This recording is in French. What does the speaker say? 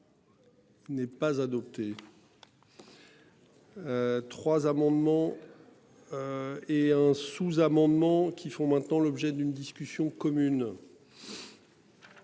N'est pas adopté. 3 amendements. Et un sous-amendement qui font maintenant l'objet d'une discussion commune.